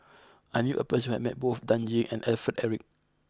I knew a person who has met both Dan Ying and Alfred Eric